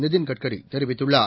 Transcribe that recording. நிதின் கட்கரி தெரிவித்துள்ளார்